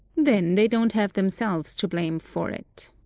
then they don't have themselves to blame for it,